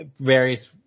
various